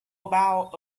about